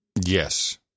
Yes